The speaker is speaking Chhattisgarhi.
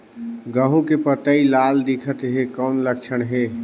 गहूं के पतई लाल दिखत हे कौन लक्षण हे?